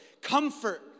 comfort